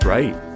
Right